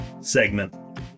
segment